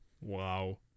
wow